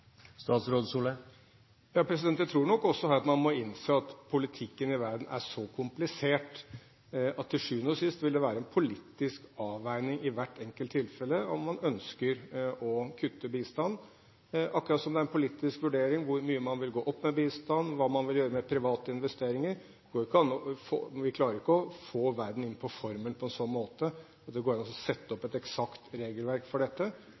Jeg tror nok også her at man må innse at politikken i verden er så komplisert at til syvende og sist vil det være en politisk avveining i hvert enkelt tilfelle om man ønsker å kutte bistand, akkurat som det er en politisk vurdering hvor mye man vil gå opp i bistand, og hva man vil gjøre med private investeringer. Vi klarer ikke å få verden inn i en formel på en sånn måte at det går an å sette opp et eksakt regelverk for dette.